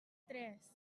tres